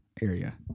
area